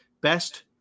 best